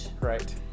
Right